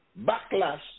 backlash